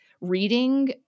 reading